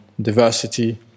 diversity